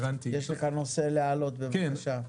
יש לך נושא להעלות, בבקשה.